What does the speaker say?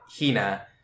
Hina